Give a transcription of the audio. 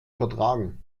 vertragen